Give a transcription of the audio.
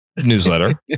newsletter